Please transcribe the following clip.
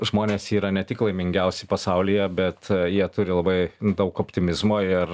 žmonės yra ne tik laimingiausi pasaulyje bet jie turi labai daug optimizmo ir